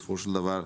בסופו של דבר,